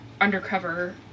undercover